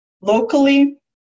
locally